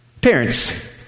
Parents